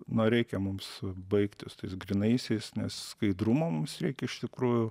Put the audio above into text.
na reikia mums baigti su tais grynaisiais nes skaidrumo mums reikia iš tikrųjų